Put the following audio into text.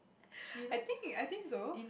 I think I think so